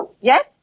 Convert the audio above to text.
Yes